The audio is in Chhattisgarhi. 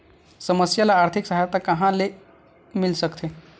समस्या ल आर्थिक सहायता कहां कहा ले मिल सकथे?